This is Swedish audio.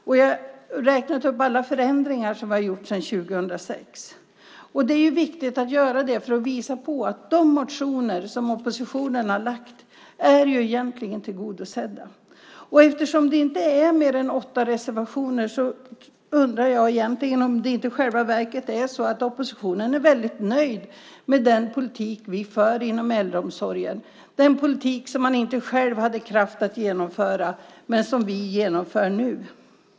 Jag har också räknat upp alla de förändringar som skett sedan 2006. Det är viktigt att göra det för att visa att de motioner som oppositionen väckt egentligen är tillgodosedda. Eftersom det inte finns mer än åtta reservationer undrar jag om det inte i själva verket är så att oppositionen är nöjd med den politik vi för inom äldreomsorgen, den politik de själva inte hade kraft att genomföra men som vi nu genomför.